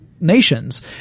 nations